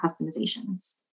customizations